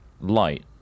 light